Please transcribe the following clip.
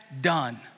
done